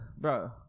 bro